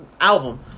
album